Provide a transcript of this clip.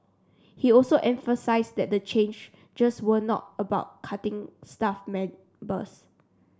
he also emphasised that the changes were not about cutting staff members